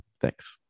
Thanks